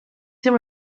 their